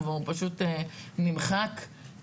הם פשוט תקעו את זה,